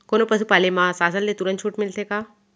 कोनो पसु पाले म शासन ले तुरंत छूट मिलथे का?